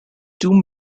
doom